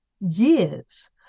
years